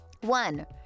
One